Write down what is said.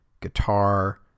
guitar